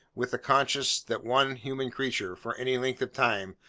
with the consciousness that one human creature, for any length of time,